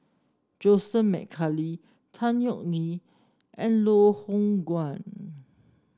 Joseph McNally Tan Yeok Nee and Loh Hoong Kwan